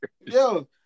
Yo